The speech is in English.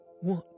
What